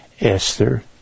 Esther